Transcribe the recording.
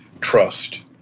trust